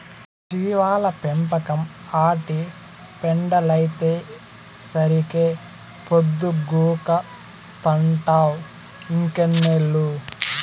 జీవాల పెంపకం, ఆటి పెండలైతేసరికే పొద్దుగూకతంటావ్ ఇంకెన్నేళ్ళు